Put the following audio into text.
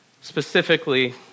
specifically